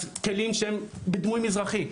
אז הם עם כלים שהם דמויי כלים מזרחיים.